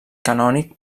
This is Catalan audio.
canònic